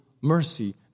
mercy